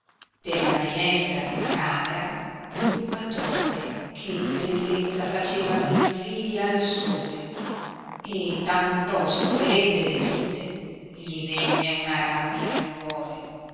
per la finestra d'una camera due matrone che di bellezza facevano invidia al sole e tantosto che ebbe vedute gli venne una rabbia al cuore